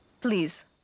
Please